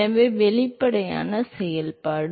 எனவே வெளிப்படையாக அதன் செயல்பாடு